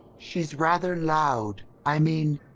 she's rather loud. i mean.